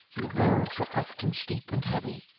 and the roads were often steep and heavy.